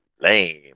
Lame